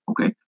Okay